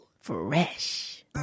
Fresh